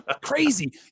crazy